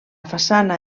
façana